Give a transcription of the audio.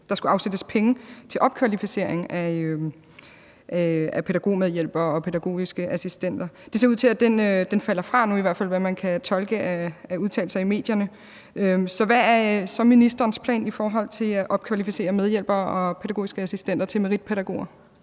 der skulle afsættes penge til opkvalificering af pædagogmedhjælpere og pædagogiske assistenter. Det ser ud til, at den falder fra nu, i hvert fald ud fra hvad man kan tolke af udtalelser i medierne. Så hvad er så ministerens plan i forhold til at opkvalificere medhjælpere og pædagogiske assistenter til meritpædagoger?